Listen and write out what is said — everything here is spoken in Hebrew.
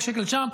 שקל שם.